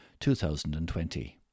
2020